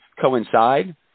coincide